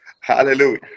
hallelujah